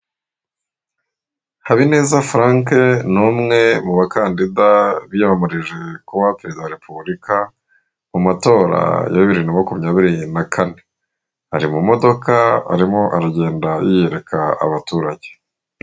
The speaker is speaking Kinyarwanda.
Habineza Furanka ni umwe mu bakandida biyamamarije kuba perezida wa repubulika mu matora ya bibiri na makumyabiri na kane ari mu modoka arimo aragenda yiyereka abaturage.